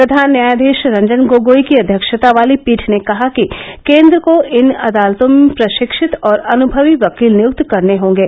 प्रधान न्यायाधीश रंजन गोगोई की अध्यक्षता वाली पीठ ने कहा कि केन्द्र को इन अदालतों में प्रशिक्षित और अन्मवी वकील नियूक्त करने होंगे